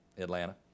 Atlanta